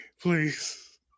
Please